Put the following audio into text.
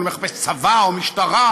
הוא לא מחפש צבא או משטרה,